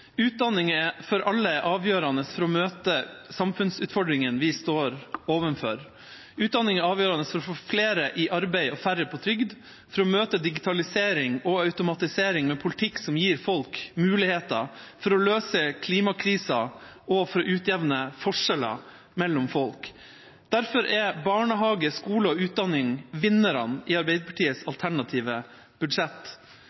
Utdanning er for alle avgjørende for å møte samfunnsutfordringene vi står overfor. Utdanning er avgjørende for å få flere i arbeid og færre på trygd, for å møte digitalisering og automatisering med politikk som gir folk muligheter, for å løse klimakrisen og for å utjevne forskjeller mellom folk. Derfor er barnehage, skole og utdanning vinnerne i